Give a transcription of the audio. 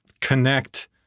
connect